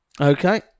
Okay